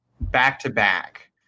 back-to-back